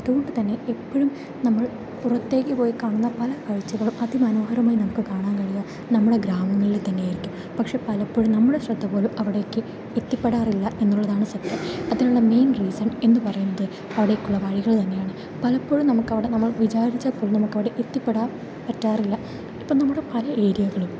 അതുകൊണ്ട് തന്നെ എപ്പോഴും നമ്മൾ പുറത്തേക്ക് പോയിക്കാണുന്ന പല കാഴ്ചകളും അതിമനോഹരമായി നമുക്ക് കാണാൻ കഴിയുക നമ്മളെ ഗ്രാമങ്ങളിൽ തന്നെയായിരിക്കും പക്ഷേ പലപ്പോഴും നമ്മുടെ ശ്രദ്ധപോലും അവിടേക്ക് എത്തിപ്പെടാറില്ല എന്നുള്ളതാണ് സത്യം അതിനുള്ള മെയിൻ റീസൺ എന്ന് പറയുന്നത് അവിടേക്കുള്ള വഴികൾ തന്നെയാണ് പലപ്പോഴും നമുക്കവടെ നമ്മൾ വിചാരിച്ചാൽ പോലും നമുക്കവിടെ എത്തിപ്പെടാൻ പറ്റാറില്ല ഇപ്പോൾ നമ്മുടെ പല ഏരിയകളും